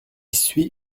suit